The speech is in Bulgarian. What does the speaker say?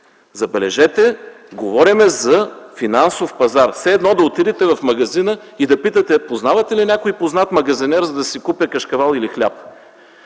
Забележете, говорим за финансов пазар. Все едно да отидете в магазина и да питате познавате ли някой познат магазинер, за да си купя кашкавали или хляб?